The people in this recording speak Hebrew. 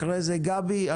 אחרי כן גבי לסקי,